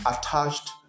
attached